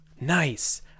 nice